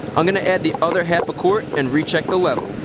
i'm going to add the other half a quart and recheck the level.